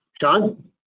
Sean